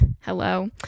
Hello